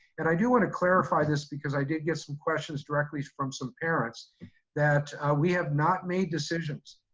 and i do wanna clarify this because i did get some questions directly from some parents that we have not made decisions.